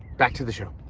back to the show.